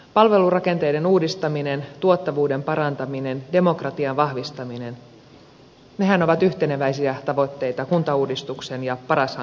palvelurakenteiden uudistaminen tuottavuuden parantaminen demokratian vahvistaminen nehän ovat yhteneväisiä tavoitteita kuntauudistuksen ja paras hankkeen kanssa